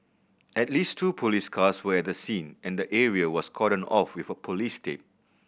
at least two police cars were at the scene and the area was cordoned off with police tape